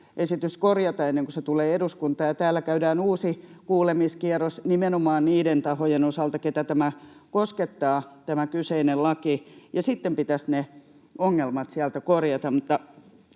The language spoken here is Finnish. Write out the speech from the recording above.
lakiesitys korjata ennen kuin se tulee eduskuntaan, ja täällä käydään uusi kuulemiskierros nimenomaan niiden tahojen osalta, keitä tämä kyseinen laki koskettaa, ja sitten pitäisi ne ongelmat sieltä korjata.